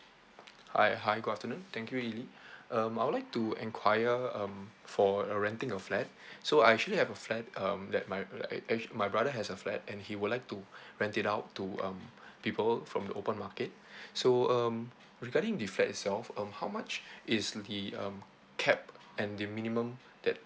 hi hi good afternoon thank you lily um I would like to enquire um for uh renting a flat so I actually have a flat um that my uh uh act~ my brother has a flat and he would like to rent it out to um people from the open market so um regarding the flat itself um how much is the um cap and the minimum that